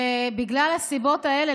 בגלל הסיבות האלה,